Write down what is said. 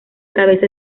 cabeza